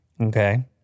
Okay